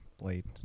Late